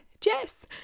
Jess